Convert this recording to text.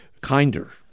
kinder